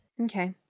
Okay